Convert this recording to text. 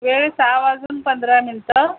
वेळ सहा वाजून पंधरा मिणटं